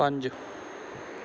ਪੰਜ